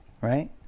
right